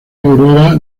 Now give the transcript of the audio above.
aurora